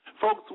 Folks